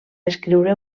escriure